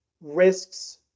risks